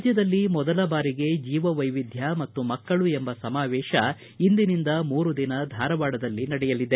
ರಾಜ್ಯದಲ್ಲಿ ಮೊದಲ ಬಾರಿಗೆ ಜೀವ ವೈವಿಧ್ಯ ಮತ್ತು ಮಕ್ಕಳು ಎಂಬ ಸಮಾವೇತ ಇಂದಿನಿಂದ ಮೂರು ದಿನ ಧಾರವಾಡದಲ್ಲಿ ನಡೆಯಲಿದೆ